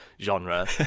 genre